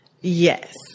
Yes